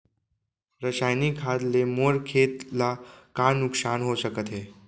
रसायनिक खाद ले मोर खेत ला का नुकसान हो सकत हे?